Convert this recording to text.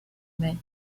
meant